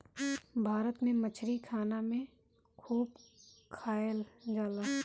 भारत में मछरी खाना में खूब खाएल जाला